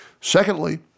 Secondly